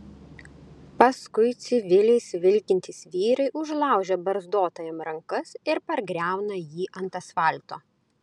paskui civiliais vilkintys vyrai užlaužia barzdotajam rankas ir pargriauna jį ant asfalto